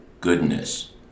goodness